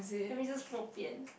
can we just bo pian